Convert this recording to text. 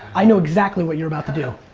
i know exactly what you're about to do.